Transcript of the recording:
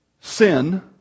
sin